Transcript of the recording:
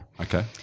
Okay